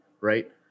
right